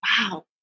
wow